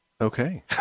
okay